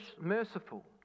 merciful